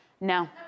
No